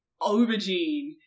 aubergine